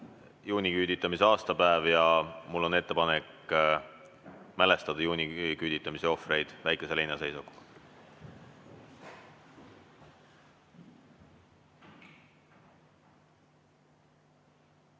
juuniküüditamise aastapäev. Mul on ettepanek mälestada juuniküüditamise ohvreid väikese leinaseisakuga.